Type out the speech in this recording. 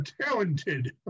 talented